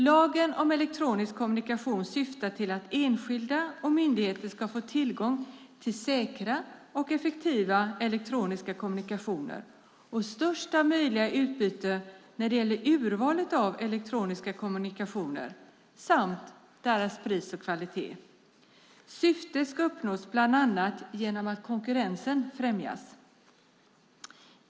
Lagen om elektronisk kommunikation syftar till att enskilda och myndigheter ska få tillgång till säkra och effektiva elektroniska kommunikationer och största möjliga utbyte när det gäller urvalet av elektroniska kommunikationer samt deras pris och kvalitet. Syftet ska uppnås bland annat genom att konkurrensen främjas.